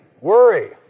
Worry